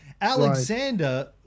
Alexander